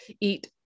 eat